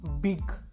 big